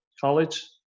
college